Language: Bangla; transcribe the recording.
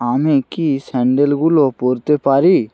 আমি কি স্যান্ডেলগুলো পরতে পারি